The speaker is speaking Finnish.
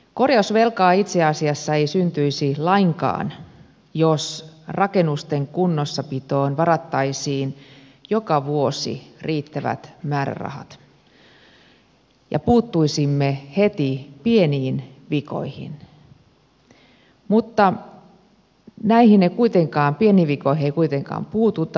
korjausvelkaa itse asiassa ei syntyisi lainkaan jos rakennusten kunnossapitoon varattaisiin joka vuosi riittävät määrärahat ja puuttuisimme heti pieniin vikoihin mutta näihin pieniin vikoihin ei kuitenkaan puututa